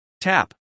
Tap